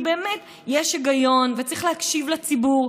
כי באמת יש היגיון וצריך להקשיב לציבור.